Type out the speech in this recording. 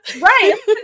Right